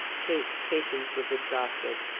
kate's patience was exhausted.